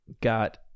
got